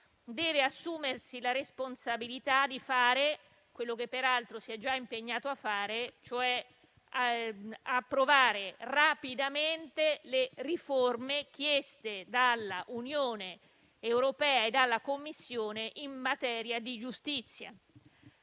deve assumersi la responsabilità di fare quello che peraltro si è già impegnato a fare, e cioè approvare rapidamente le riforme chieste dall'Unione europea in materia di giustizia.